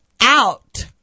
out